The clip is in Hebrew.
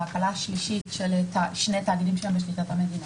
וההקלה השלישית של שני תאגידים שהם בשליטת המדינה,